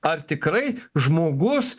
ar tikrai žmogus